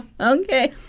Okay